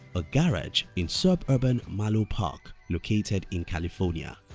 a garage in suburban malo park located in california.